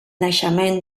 naixement